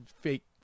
fake